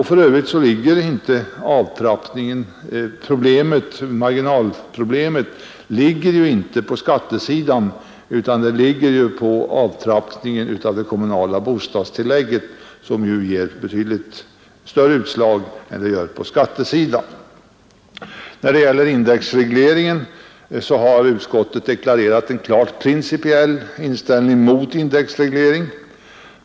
För övrigt ligger inte marginalproblemet på skattesidan utan på avtrappningen av det kommunala bostadstillägget, som ju ger ett betydligt större utslag än det gör på skattesidan. När det gäller indexregleringen har utskottet deklarerat en klart principiell inställning mot en sådan.